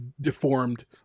deformed